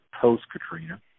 post-Katrina